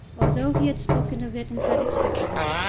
although he had spoken of it and had expected it,